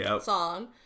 song